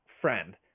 friend